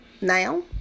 now